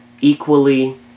equally